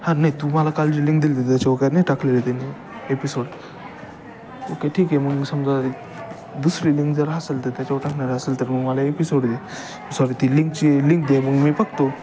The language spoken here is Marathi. हां नाही तू मला काल जी लिंक दिली होती त्याच्यावर काई नाही टाकलेलं त्यांनी एपिसोड ओके ठीक आहे मग समजा एक दुसरी लिंक जर असेल तर त्याच्यावर टाकणार असेल तर मग मला एपिसोड दे सॉरी ती लिंकची लिंक दे मग मी बघतो